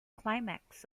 climax